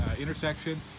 intersection